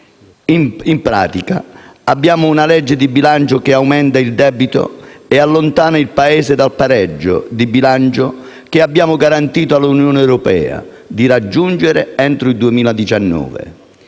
In pratica, abbiamo un disegno di legge di bilancio che aumenta il debito e allontana il Paese dal pareggio di bilancio che abbiamo garantito all'Unione europea di raggiungere entro il 2019.